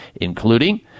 including